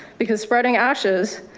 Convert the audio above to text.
because spreading ashes,